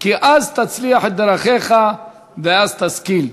כי אז תצליח את דרכך ואז תשכיל".